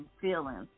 feelings